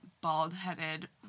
bald-headed